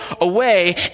away